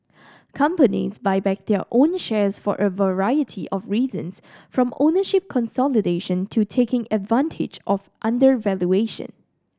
companies buy back their own shares for a variety of reasons from ownership consolidation to taking advantage of undervaluation